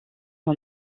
son